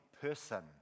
person